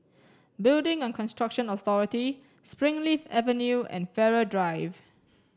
building and Construction Authority Springleaf Avenue and Farrer Drive